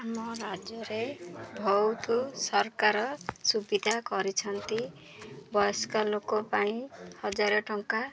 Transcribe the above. ଆମ ରାଜ୍ୟରେ ବହୁତ ସରକାର ସୁବିଧା କରିଛନ୍ତି ବୟସ୍କ ଲୋକ ପାଇଁ ହଜାର ଟଙ୍କା